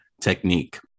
technique